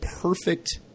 perfect